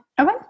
Okay